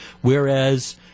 whereas